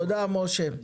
תודה משה,